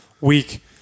week